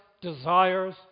desires